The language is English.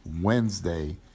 Wednesday